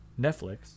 Netflix